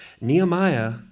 Nehemiah